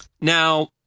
Now